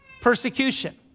persecution